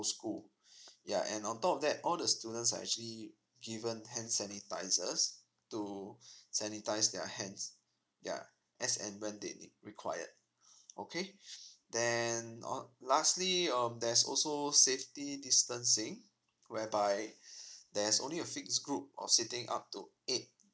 school ya and on top of that all the students are actually given hand sanitizers to sanitize their hands ya as and when they need required okay then uh lastly um there's also safety distancing whereby there's only a fixed group of seating up to eight